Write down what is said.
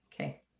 Okay